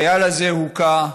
החייל הזה הוכה,